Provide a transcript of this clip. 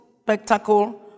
spectacle